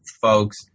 folks